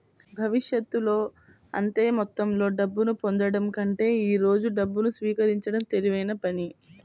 భవిష్యత్తులో అంతే మొత్తంలో డబ్బును పొందడం కంటే ఈ రోజు డబ్బును స్వీకరించడం తెలివైన పని